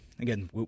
again